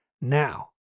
now